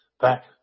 back